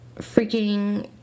freaking